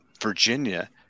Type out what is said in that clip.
Virginia